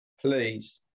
please